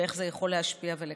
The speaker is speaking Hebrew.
ואיך זה יכול להשפיע ולקדם.